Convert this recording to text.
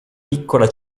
piccola